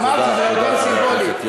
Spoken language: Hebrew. אמרתי, זה סימבולי.